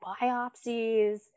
biopsies